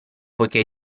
poiché